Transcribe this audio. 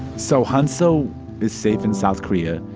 so hyeonseo is safe in south korea,